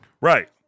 right